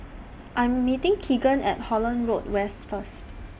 I'm meeting Keagan At Holland Road West First